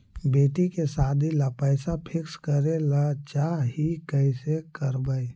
बेटि के सादी ल पैसा फिक्स करे ल चाह ही कैसे करबइ?